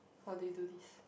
how did you do this